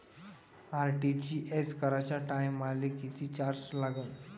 RTGS कराच्या टायमाले किती चार्ज लागन?